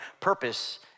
purpose